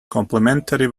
complimentary